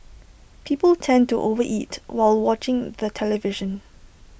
people tend to over eat while watching the television